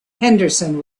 henderson